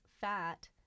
fat